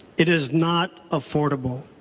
it is not affordable.